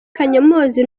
kanyomozi